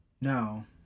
No